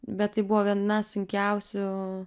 bet tai buvo viena sunkiausių